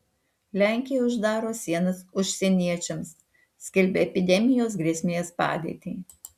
lenkija uždaro sienas užsieniečiams skelbia epidemijos grėsmės padėtį